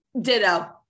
Ditto